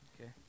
okay